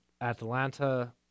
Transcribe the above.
Atlanta